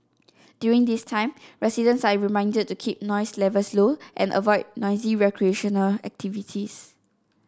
during this time residents are reminded to keep noise levels low and avoid noisy recreational activities